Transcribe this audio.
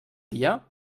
dia